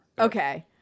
Okay